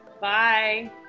Bye